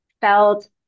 felt